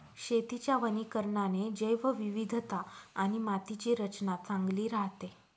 शेतीच्या वनीकरणाने जैवविविधता आणि मातीची रचना चांगली राहते